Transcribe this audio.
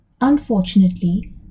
Unfortunately